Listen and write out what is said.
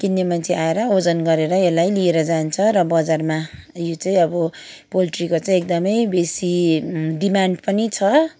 किन्ने मान्छे आएर वजन गरेर यसलाई लिएर जान्छ र बजारमा यो चाहिँ अब पोल्ट्रीको चाहिँ एकदमै बेसी डिमान्ड पनि छ